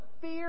fear